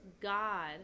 God